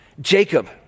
Jacob